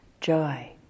joy